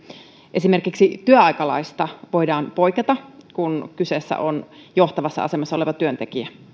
esimerkiksi työaikalaista voidaan poiketa kun kyseessä on johtavassa asemassa oleva työntekijä